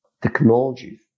technologies